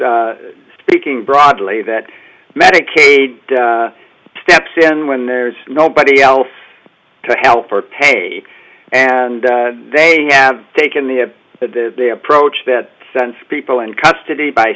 speaking broadly that medicaid steps in when there's nobody else to help or pay and they have taken the the the approach that sense people in custody by